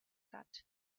got